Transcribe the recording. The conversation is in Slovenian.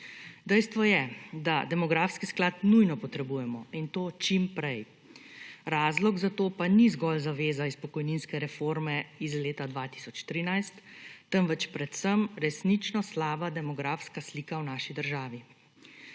Dejstvo je, da demografski sklad nujno potrebujemo in to čim prej. Razlog za to pa ni zgolj zaveza iz pokojninske reforme iz leta 2013, temveč predvsem resnično slaba demografska slika v naši državi.